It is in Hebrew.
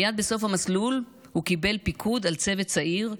מייד בסוף המסלול הוא קיבל פיקוד על צוות צעיר,